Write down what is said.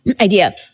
Idea